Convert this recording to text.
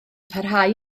parhau